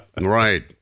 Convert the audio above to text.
Right